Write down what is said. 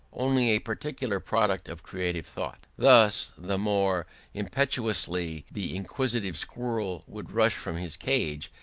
only a particular product of creative thought. thus the more impetuously the inquisitive squirrel would rush from his cage,